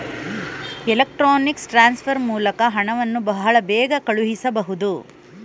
electronics transfer ಮೂಲಕ ಹಣವನ್ನು ಬಹಳ ಬೇಗ ಕಳಿಸಬಹುದು